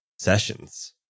sessions